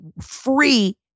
free